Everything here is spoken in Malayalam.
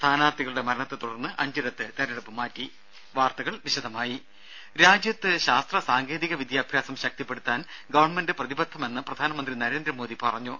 സ്ഥാനാർത്ഥികളുടെ മരണത്തെ തുടർന്ന് അഞ്ചിടത്ത് തെരഞ്ഞെടുപ്പ് മാറ്റി വാർത്തകൾ വിശദമായി രാജ്യത്ത് ശാസ്ത്ര സാങ്കേതിക വിദ്യാഭ്യാസം ശക്തിപ്പെടുത്താൻ ഗവൺമെന്റ് പ്രതിബദ്ധമാണെന്ന് പ്രധാനമന്ത്രി നരേന്ദ്രമോദി പറഞ്ഞു